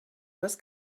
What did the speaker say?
was